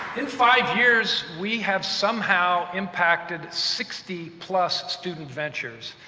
in five years, we have somehow impacted sixty plus student ventures.